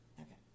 Okay